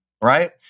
right